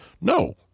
no